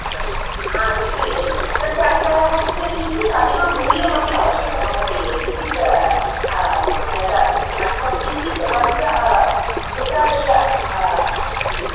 आं हा निश्चयेन तत् शाटिकायाः कृते किञ्चित् अधिकं मूल्यमपि आवश्यकं महोदये किञ्चित् ददातु अधिकं किञ्चित् पञ्च पञ्चदश